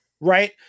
right